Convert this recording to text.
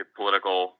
political